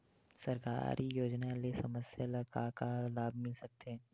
सरकारी योजना ले समस्या ल का का लाभ मिल सकते?